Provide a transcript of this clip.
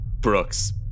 Brooks